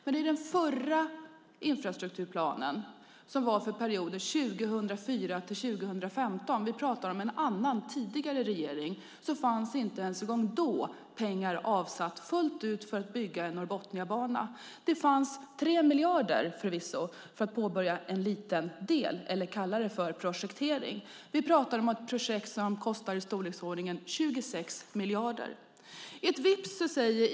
Men i den förra infrastrukturplanen för perioden 2004-2015 - vi pratar om en annan, tidigare regering - fanns inte ens pengar avsatta fullt ut för att bygga Norrbotniabanan. Det fanns förvisso 3 miljarder för att påbörja en liten del - eller kalla det projektering. Vi pratar om ett projekt som kostar i storleksordningen 26 miljarder.